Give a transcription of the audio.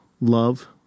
love